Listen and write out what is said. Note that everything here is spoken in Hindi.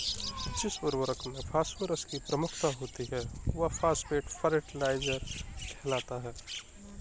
जिस उर्वरक में फॉस्फोरस की प्रमुखता होती है, वह फॉस्फेट फर्टिलाइजर कहलाता है